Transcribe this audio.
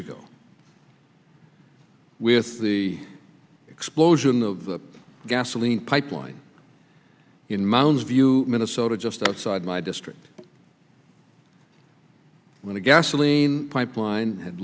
ago with the explosion of the gasoline pipeline in mounds view minnesota just outside my district when a gasoline pipeline had